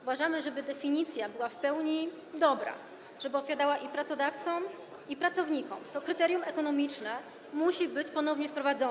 Uważamy, że żeby definicja była w pełni dobra i odpowiadała i pracodawcom i pracownikom, to kryterium ekonomiczne musi być ponownie wprowadzone.